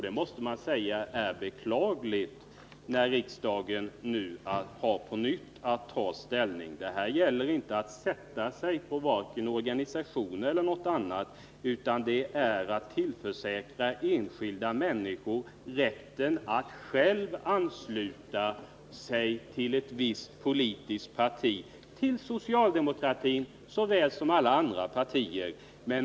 Det måste man säga är beklagligt när riksdagen nu på nytt har att ta ställning i denna fråga. Det är här inte fråga om att sätta sig på organisationerna, utan vad det gäller är att tillförsäkra enskilda människor rätten att själva ansluta sig till ett visst politiskt parti — till socialdemokratin eller till något annat parti.